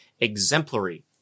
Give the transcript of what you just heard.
exemplary